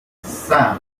cinq